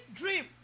dream